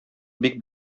бик